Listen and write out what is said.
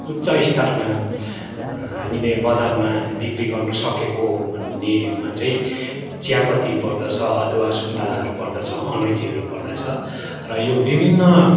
उच्च स्तरमा हामीले बजारमा बिक्री गर्नु सकेको भन्नेमा चाहिँ चियापत्ती पर्दछ अदुवा सुन्तालाहरू पर्दछ अलैँचीहरू पर्दछ र यो विभिन्न